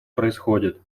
происходит